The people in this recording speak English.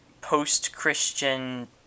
post-Christian